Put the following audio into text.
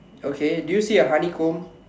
okay do you see a honeycomb